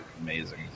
amazing